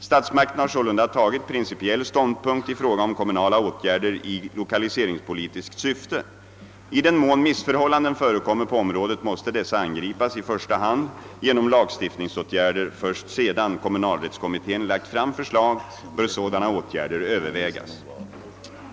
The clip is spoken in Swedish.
Statsmakterna har sålunda tagit principiell ståndpunkt i fråga om kommunala åtgärder i lokaliseringspolitiskt syfte. I den mån missförhållanden förekommer på området måste dessa angripas i första hand genom lagstiftningsåtgärder. Först sedan kommunalrättskommittén lagt fram förslag bör sådana åtgärder övervägas.